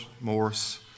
Morris